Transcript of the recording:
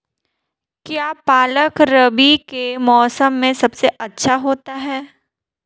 क्या पालक रबी के मौसम में सबसे अच्छा आता है?